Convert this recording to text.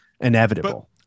inevitable